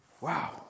Wow